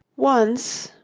once,